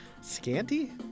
scanty